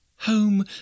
Home